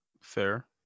Fair